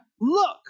Look